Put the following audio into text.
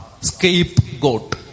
scapegoat